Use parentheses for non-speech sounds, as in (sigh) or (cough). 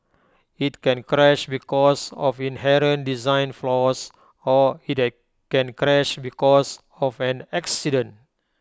IT can crash because of inherent design flaws or IT (noise) can crash because of an accident